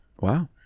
wow